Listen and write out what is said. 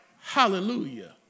hallelujah